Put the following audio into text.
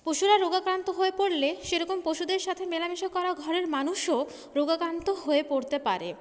পশুরা রোগাক্রান্ত হয়ে পড়লে সেরকম পশুদের সাথে মেলামেশা করা ঘরের মানুষও রোগাক্রান্ত হয়ে পড়তে পারে